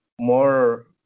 more